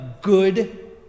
good